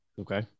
Okay